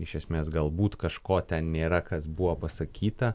iš esmės galbūt kažko ten nėra kas buvo pasakyta